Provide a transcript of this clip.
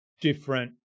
different